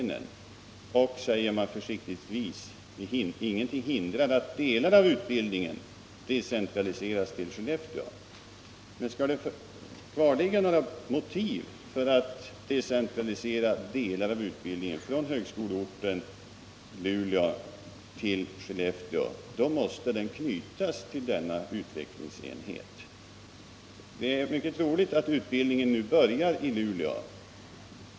Ingenting hindrar, säger man försiktigtvis, att delar av utbildningen decentraliseras till Skellefteå. Men för att stärka motiven för att decentralisera delar av utbildningen från högskoleorten Luleå till Skellefteå måste de knytas till denna utvecklingsenhet. Det är mycket troligt att utbildningen nu börjar i Luleå.